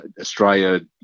Australia